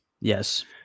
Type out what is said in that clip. Yes